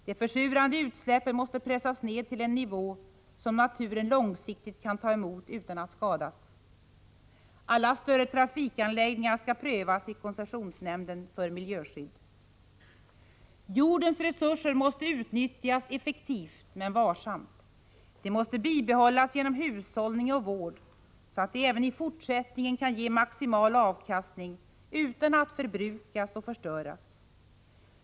= De försurande utsläppen måste pressas ned till en nivå som naturen långsiktigt kan ta emot utan att skadas. Jordens resurser måste utnyttjas effektivt men varsamt. De måste bibehållas genom hushållning och vård, så att de även i fortsättningen kan ge maximal avkastning utan att förbrukas eller förstöras.